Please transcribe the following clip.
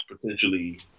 potentially